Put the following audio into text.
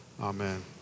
Amen